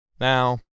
Now